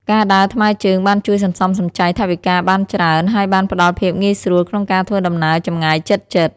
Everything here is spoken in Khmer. ការដើរថ្មើរជើងបានជួយសន្សំសំចៃថវិកាបានច្រើនហើយបានផ្តល់ភាពងាយស្រួលក្នុងការធ្វើដំណើរចម្ងាយជិតៗ។